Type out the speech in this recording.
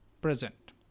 present